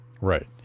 Right